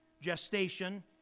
gestation